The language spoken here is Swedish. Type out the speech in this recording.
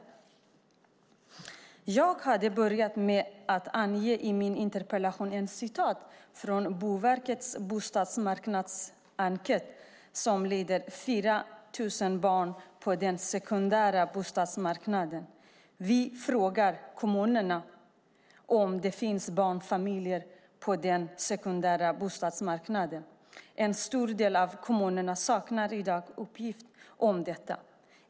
I min interpellation började jag med att återge ett citat från Boverkets bostadsmarknadsenkät BME 2010: "Vi frågar också kommunerna om det finns barnfamiljer på den sekundära bostadsmarknaden. En stor del av kommunerna saknar uppgift om detta.